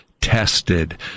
tested